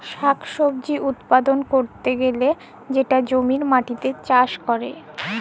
শাক সবজি উৎপাদল ক্যরতে গ্যালে সেটা জমির মাটিতে চাষ ক্যরে